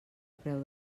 preu